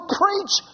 preach